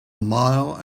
mile